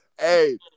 Hey